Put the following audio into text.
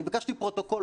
אני ביקשתי פרוטוקול.